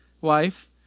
wife